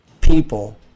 people